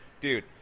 Dude